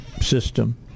system